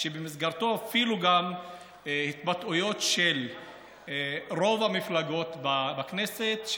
ואפילו גם התבטאויות של רוב המפלגות בכנסת,